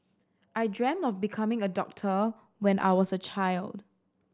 I dreamt of becoming a doctor when I was a child